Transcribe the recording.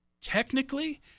technically